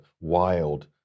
wild